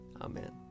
Amen